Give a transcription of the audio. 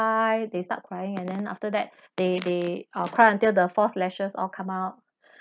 cry they start crying and then after that they they uh cry until the false lashes all come out